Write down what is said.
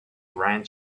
grand